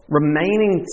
remaining